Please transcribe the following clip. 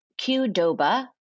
Qdoba